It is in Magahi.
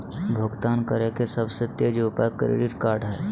भुगतान करे के सबसे तेज उपाय क्रेडिट कार्ड हइ